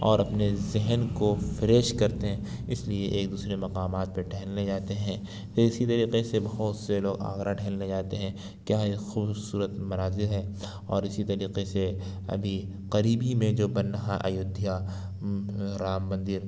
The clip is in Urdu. اور اپنے ذہن کو فریش کرتے ہیں اس لیے ایک دوسرے مقامات پہ ٹہلنے جاتے ہیں تو اسی طریقے سے بہت سے لوگ آگرہ ٹہلنے جاتے ہیں کیا ہی خوبصورت مناظر ہیں اور اسی طریقے سے ابھی قریب ہی میں جو بن رہا ایودھیا رام مندر